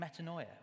metanoia